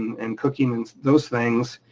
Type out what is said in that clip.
and cooking, and those things,